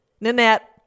Nanette